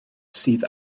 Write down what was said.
sydd